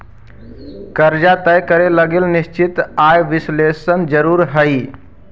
कर्जा तय करे लगी निश्चित आय विश्लेषण जरुरी हई